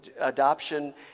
adoption